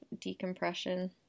decompression